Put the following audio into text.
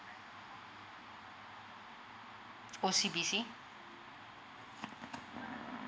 O_C_B_C